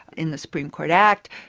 in the supreme court act,